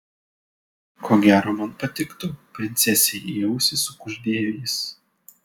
ko gero man patiktų princesei į ausį sukuždėjo jis